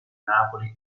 napoli